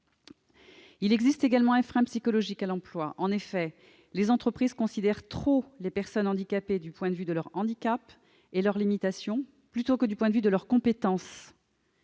Il existe également un frein psychologique à l'emploi. En effet, les entreprises considèrent trop les personnes handicapées du point de vue de leur handicap, de leur limitation, plutôt que du point de vue de leurs compétences.